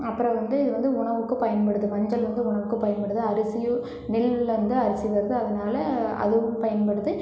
அப்புறம் வந்து இது வந்து உணவுக்கு பயன்படுது மஞ்சள் வந்து உணவுக்கு பயன்படுது அரிசியும் நெல்லில் இருந்து அரிசி வருது அதனாலே அதுவும் பயன்படுது